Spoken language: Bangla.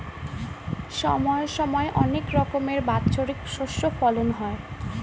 সময় সময় অনেক রকমের বাৎসরিক শস্য ফলন হয়